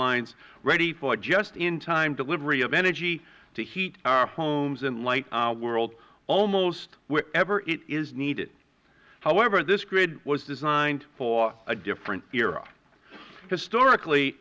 lines ready for just in time delivery of energy to heat our homes and light our world almost wherever it is needed however this grid was designed for a different era historically